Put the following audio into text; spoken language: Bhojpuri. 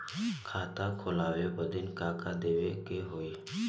खाता खोलावे बदी का का देवे के होइ?